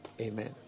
Amen